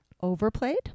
Overplayed